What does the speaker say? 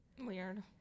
weird